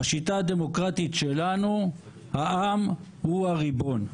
בשיטה הדמוקרטית שלנו העם הוא הריבון.